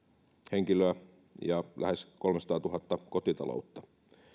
henkilöä ja lähes kolmesataatuhatta kotitaloutta